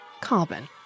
carbon